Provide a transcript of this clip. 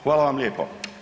Hvala vam lijepo.